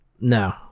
No